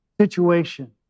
situation